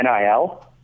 NIL